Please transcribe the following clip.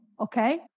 okay